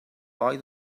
boi